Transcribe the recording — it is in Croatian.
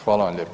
Hvala vam